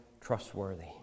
trustworthy